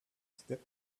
step